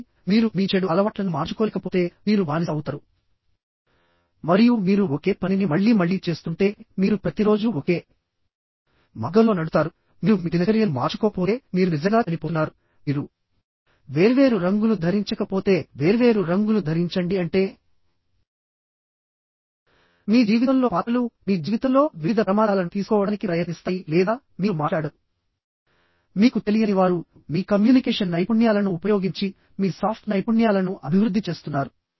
కాబట్టి మీరు మీ చెడు అలవాట్లను మార్చుకోలేకపోతేమీరు బానిస అవుతారు మరియు మీరు ఒకే పనిని మళ్లీ మళ్లీ చేస్తుంటే మీరు ప్రతిరోజూ ఒకే మార్గంలో నడుస్తారుమీరు మీ దినచర్యను మార్చుకోకపోతే మీరు నిజంగా చనిపోతున్నారుమీరు వేర్వేరు రంగులు ధరించకపోతేవేర్వేరు రంగులు ధరించండి అంటే మీ జీవితంలో పాత్రలు మీ జీవితంలో వివిధ ప్రమాదాలను తీసుకోవడానికి ప్రయత్నిస్తాయి లేదా మీరు మాట్లాడరు మీకు తెలియని వారు మీ కమ్యూనికేషన్ నైపుణ్యాలను ఉపయోగించి మీ సాఫ్ట్ నైపుణ్యాలను అభివృద్ధి చేస్తున్నారు